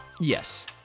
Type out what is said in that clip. Yes